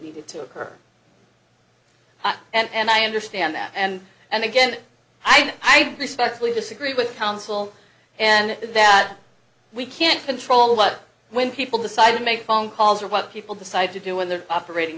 needed to occur and i understand that and and again i'd respectfully disagree with counsel and that we can't control what when people decide to make phone calls or what people decide to do when they're operating